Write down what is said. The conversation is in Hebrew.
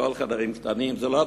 הכול חדרים קטנים.